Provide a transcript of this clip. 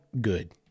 good